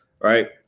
right